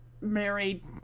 married